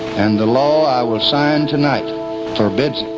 and the law i will sign tonight forbids